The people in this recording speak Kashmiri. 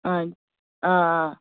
آ آ آ